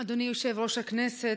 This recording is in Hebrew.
אדוני יושב-ראש הכנסת,